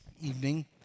evening